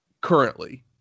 Currently